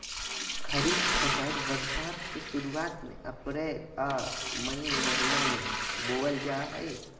खरीफ फसल बरसात के शुरुआत में अप्रैल आ मई महीना में बोअल जा हइ